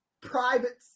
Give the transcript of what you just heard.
private